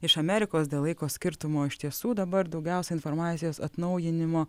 iš amerikos dėl laiko skirtumo iš tiesų dabar daugiausia informacijos atnaujinimo